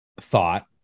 thought